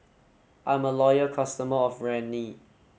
I'm a loyal customer of Rene